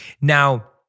Now